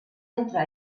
entre